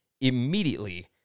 immediately